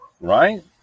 right